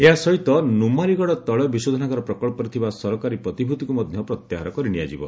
ଏହା ସହିତ ନୁମାଲିଗଡ଼ ତୈଳ ବିଶୋଧନାଗାର ପ୍ରକଳ୍ପରେ ଥିବା ସରକାରୀ ପ୍ରତିଭ୍ତିକ୍ ମଧ୍ୟ ପ୍ରତ୍ୟାହାର କରିନିଆଯିବ